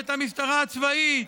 ואת המשטרה הצבאית,